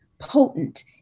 potent